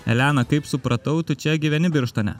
elena kaip supratau tu čia gyveni birštone